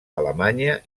alemanya